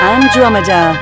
Andromeda